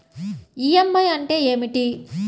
EMI అంటే ఏమిటి?